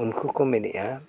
ᱩᱱᱠᱩ ᱠᱚ ᱢᱮᱱᱮᱫᱼᱟ